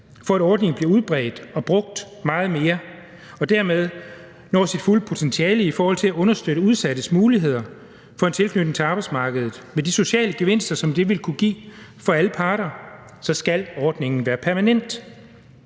for, at ordningen bliver udbredt og brugt meget mere og dermed når sit fulde potentiale i forhold til at understøtte udsattes muligheder for en tilknytning til arbejdsmarkedet med de sociale gevinster, som det vil kunne give for alle parter, så skal ordningen være permanent.